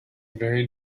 very